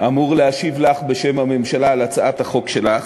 להשיב לך בשם הממשלה על הצעת החוק שלך.